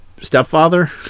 stepfather